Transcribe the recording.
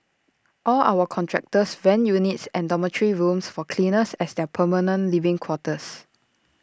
all our contractors rent units and dormitory rooms for cleaners as their permanent living quarters